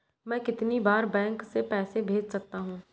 मैं कितनी बार बैंक से पैसे भेज सकता हूँ?